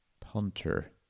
punter